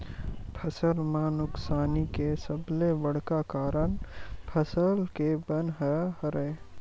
फसल म नुकसानी के सबले बड़का कारन फसल के बन ह हरय